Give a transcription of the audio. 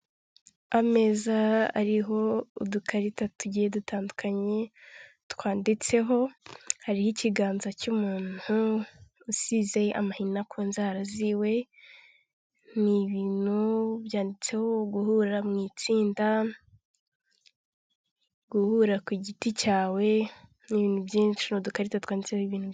Ameza ariho udukarita tugiye dutandukanye twanditseho, hariho ikiganza cy'umuntu usize amahina ku nzara ziwe. Ni ibintu byanditseho guhura mu itsinda, guhura ku giti cyawe, ni ibintu byinshi, ni udukarita twanditseho ibintu.